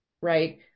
right